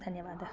धन्यवादः